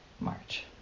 March